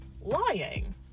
lying